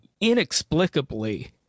inexplicably